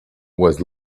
was